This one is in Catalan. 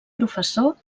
professor